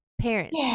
parents